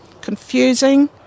Confusing